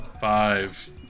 five